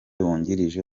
wungirije